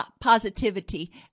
positivity